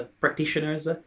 practitioners